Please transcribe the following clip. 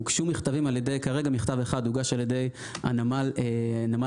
הוגשו מכתבים כרגע מכתב אחד הוגש על ידי נמל הצפון